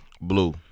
Blue